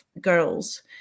girls